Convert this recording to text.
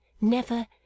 never